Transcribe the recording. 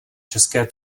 české